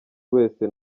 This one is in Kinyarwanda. wese